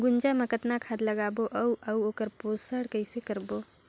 गुनजा मा कतना खाद लगाबो अउ आऊ ओकर पोषण कइसे करबो?